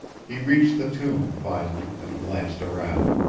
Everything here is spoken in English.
he reached the tomb finally, and glanced around.